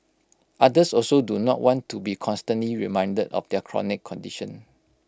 others also do not want to be constantly reminded of their chronic condition